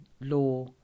law